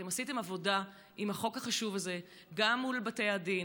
אתם עשיתם עבודה עם החוק החשוב הזה גם מול בתי הדין,